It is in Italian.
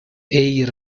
air